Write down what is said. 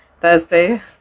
Thursday